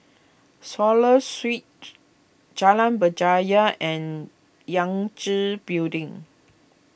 Swallow Street Jalan Berjaya and Yangtze Building